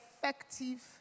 effective